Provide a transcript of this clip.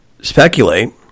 speculate